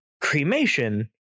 cremation